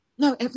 No